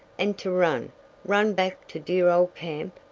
and to run run back to dear old camp?